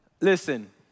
Listen